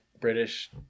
British